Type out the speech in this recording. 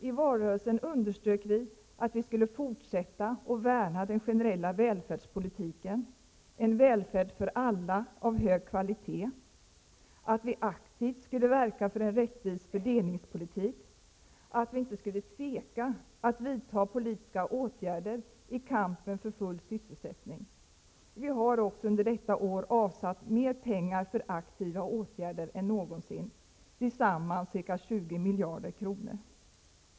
I valrörelsen underströk vi att vi skulle fortsätta att värna den generella välfärdspolitiken, en välfärd för alla av hög kvalitet, att vi aktivt skulle verka för en rättvis fördelningspolitik och att vi inte skulle tveka att vidta politiska åtgärder i kampen för full sysselsättning. Vi har också under detta år avsatt mer pengar för aktiva åtgärder än någonsin, tillsammans ca 20 miljarder kronor.